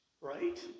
right